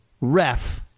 ref